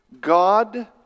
God